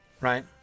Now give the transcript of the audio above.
right